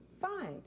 fine